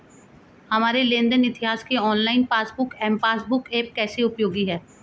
हमारे लेन देन इतिहास के online passbook M passbook app कैसे उपयोगी है?